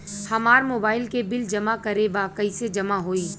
हमार मोबाइल के बिल जमा करे बा कैसे जमा होई?